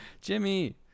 Jimmy